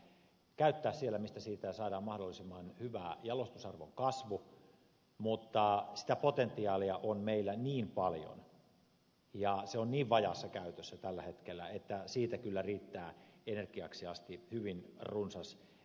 totta kai puu pitää käyttää siellä missä siitä saadaan mahdollisimman hyvä jalostusarvon kasvu mutta sitä potentiaalia on meillä niin paljon ja se on niin vajaassa käytössä tällä hetkellä että siitä kyllä riittää energiaksi asti hyvin runsas määrä